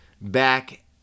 back